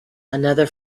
another